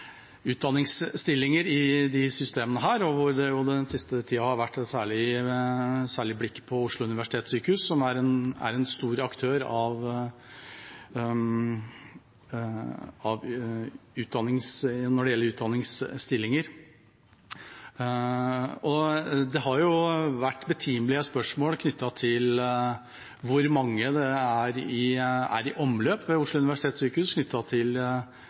utdanningsstillinger i disse systemene. Den siste tida har det særlig vært rettet blikk mot Oslo Universitetssykehus, som er en stor aktør når det gjelder utdanningsstillinger. Det har vært stilt betimelige spørsmål knyttet til hvor mange utdanningsstillinger som er i omløp ved Oslo Universitetssykehus.